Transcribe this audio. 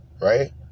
right